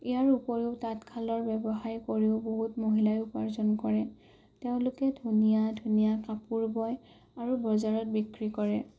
ইয়াৰ উপৰিও তাঁতশালৰ ব্যৱসায় কৰিও বহুত মহিলাই উপাৰ্জন কৰে তেওঁলোকে ধুনীয়া ধুনীয়া কাপোৰ বয় আৰু বজাৰত বিক্ৰী কৰে